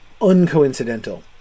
uncoincidental